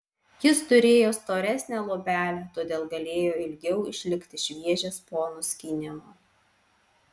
jis turėjo storesnę luobelę todėl galėjo ilgiau išlikti šviežias po nuskynimo